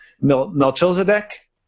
Melchizedek